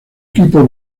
equipo